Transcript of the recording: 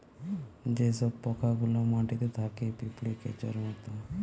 যে সব পোকা গুলা মাটিতে থাকে পিঁপড়ে, কেঁচোর মত